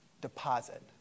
deposit